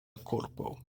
korpo